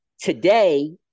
Today